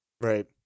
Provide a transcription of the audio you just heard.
right